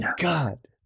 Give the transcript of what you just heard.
God